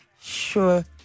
sure